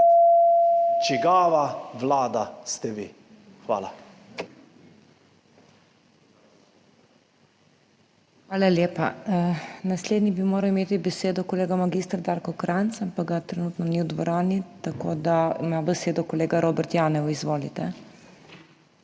MAG. MEIRA HOT:** Hvala lepa. Naslednji bi moral imeti besedo kolega mag. Darko Krajnc, ampak ga trenutno ni v dvorani, tako da ima besedo kolega Robert Janev. Izvolite.